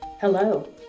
Hello